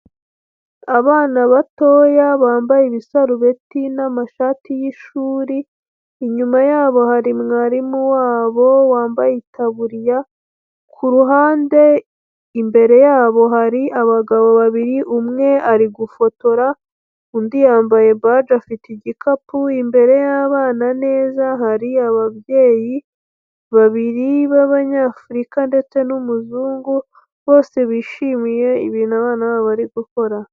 Abana batoya bambaye ibisarubeti n'amashati y'ishuri, inyuma yabo hari mwarimu wabo wambaye itaburiya, ku ruhande imbere yabo hari abagabo babiri, umwe ari gufotora, undi yambaye baje afite igikapu, imbere y'abana neza hari ababyeyi, babiri ba banyafrika ndetse n'umuzungu, bose bishimiye ibintu abana babo bari gukora.